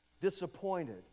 disappointed